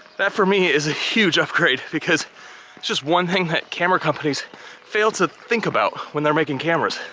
that for me is a huge upgrade because it's just one thing that camera companies fail to think about when they're making cameras.